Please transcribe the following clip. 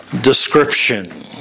description